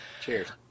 Cheers